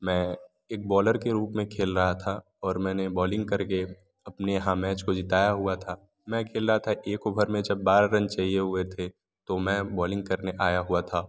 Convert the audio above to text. मैं एक बॉलर के रुप में खेल रहा था और मैंने बोलिंग करके अपने यहाँ मैच को जिताया हुआ था मैं खेल रहा था एक ओवर में बारह रन चाहिए हुए थे तो मैं बोलिंग करने आया हुआ था